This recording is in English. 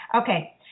Okay